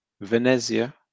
Venezia